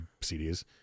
CDs